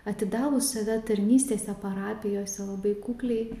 atidavus save tarnystėse parapijose labai kukliai